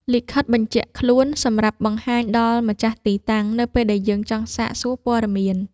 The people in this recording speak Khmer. លិខិតបញ្ជាក់ខ្លួន សម្រាប់បង្ហាញដល់ម្ចាស់ទីតាំងនៅពេលយើងចង់សាកសួរព័ត៌មាន។